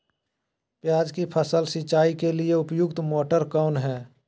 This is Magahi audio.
प्याज की फसल सिंचाई के लिए उपयुक्त मोटर कौन है?